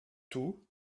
tout